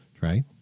Right